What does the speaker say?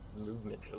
movement